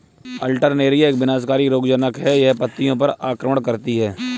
Alternaria एक विनाशकारी रोगज़नक़ है, यह पत्तियों पर आक्रमण करती है